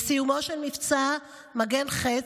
עם סיומו של מבצע מגן וחץ,